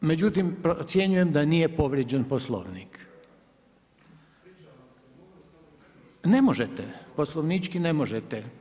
Međutim procjenjujem da nije povrijeđen Poslovnik. … [[Upadica se ne razumije.]] Ne možete, poslovnički ne možete.